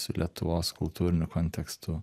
su lietuvos kultūriniu kontekstu